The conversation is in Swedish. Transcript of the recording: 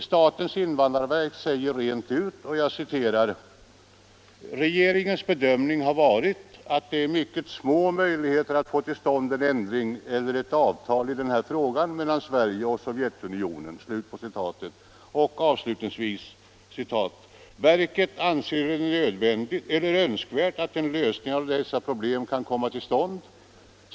Statens invandrarverk säger rent ut: ”Regeringens bedömning har varit att det är mycket små möjligheter att få till stånd en ändring eller ett avtal i denna fråga mellan Sverige och Sovjetunionen.” Avslutningsvis anförs: ”Verket anser det önskvärt att en lösning av dessa problem kan komma till stånd.